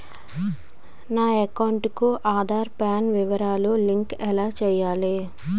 నా అకౌంట్ కు ఆధార్, పాన్ వివరాలు లంకె ఎలా చేయాలి?